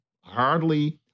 hardly